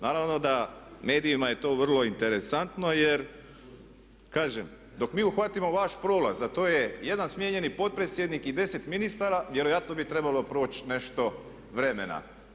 Naravno da medijima je to vrlo interesantno, jer kažem dok mi uhvatimo vaš prolaz, a to je jedan smijenjeni potpredsjednik i 10 ministara vjerojatno bi trebalo proći nešto vremena.